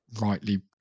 rightly